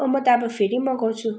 म त अब फेरि मगाउछु